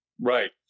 Right